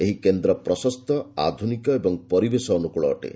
ଏହି କେନ୍ଦ୍ର ପ୍ରଶସ୍ତ ଆଧୁନିକ ଏବଂ ପରିବେଶ ଅନୁଭୂଳ ଅଟେ